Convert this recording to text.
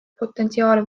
potentsiaali